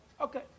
Okay